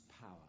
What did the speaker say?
power